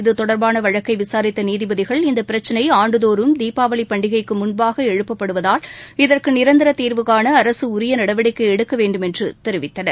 இது தொடர்பான வழக்கை விசாரித்த நீதிபதிகள் இந்த பிரச்சினை ஆண்டுதோறும் தீபாவளி பண்டிகைக்கு முன்பாக எழுப்ப்படுவததால் இதற்கு நிரந்தர தீர்வுகாண அரசு உரிய நடவடிக்கை எடுக்க வேண்டுமென்றும் தெரிவித்தனர்